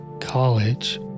college